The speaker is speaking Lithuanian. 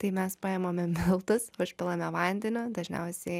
tai mes paimame miltus užpilame vandeniu dažniausiai